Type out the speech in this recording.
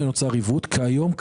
אני מבקש לעשות כמה תיקונים,